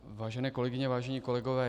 Vážené kolegyně, vážení kolegové.